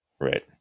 Right